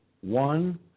one